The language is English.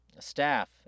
staff